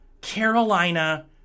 Carolina